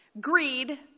Greed